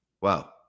Wow